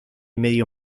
medio